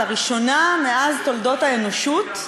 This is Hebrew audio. לראשונה מאז תולדות האנושות,